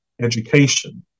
education